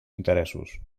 interessos